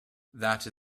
that